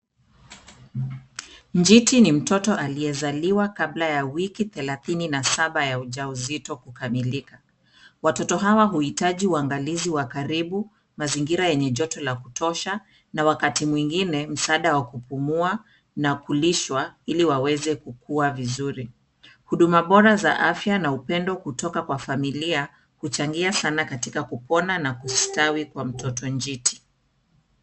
Njiti ni mtoto aliyezaliwa kabla ya wiki thelathini na saba ya ujauzito kukamilika. Watoto hawa huhitaji uangalizi wa karibu, mazingira yenye joto la kutosha na wakati mwingine msaada wa kupumua na kulishwa ili waweze kukua vizuri. Huduma bora za afya na upendo kutoka kwa familia huchangia sana katika kupona na kustawi kwa mtoto njiti.